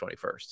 21st